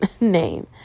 name